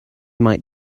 might